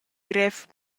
grev